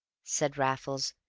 said raffles,